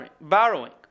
borrowing